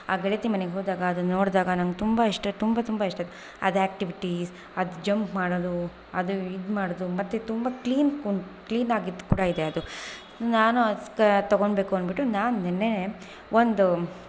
ಆ ಗೆಳತಿ ಮನೆಗೆ ಹೋದಾಗ ಅದನ್ನ ನೋಡಿದಾಗ ನಂಗೆ ತುಂಬ ಇಷ್ಟ ತುಂಬ ತುಂಬ ಇಷ್ಟ ಆಯ್ತು ಅದು ಆಕ್ಟಿವಿಟೀಸ್ ಅದು ಜಂಪ್ ಮಾಡೋದು ಅದು ಇದು ಮಾಡೋದು ಮತ್ತೆ ತುಂಬ ಕ್ಲೀನ್ ಕೋ ಕ್ಲೀನ್ ಆಗಿ ಇದು ಕೂಡ ಇದೆ ಅದು ನಾನು ಅದು ತಗೋಬೇಕು ಅಂದ್ಬಿಟ್ಟು ನಾನು ನಿನ್ನೆ ಒಂದು